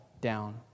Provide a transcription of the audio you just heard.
down